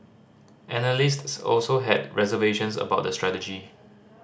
analysts also had reservations about the strategy